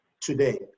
today